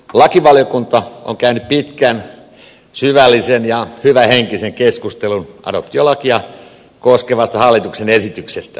lakivaliokunta on käynyt pitkän syvällisen ja hyvähenkisen keskustelun adoptiolakia koskevasta hallituksen esityksestä